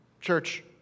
church